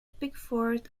pickford